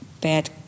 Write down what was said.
bad